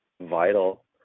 vital